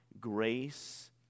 grace